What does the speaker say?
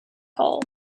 hole